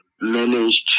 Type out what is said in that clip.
managed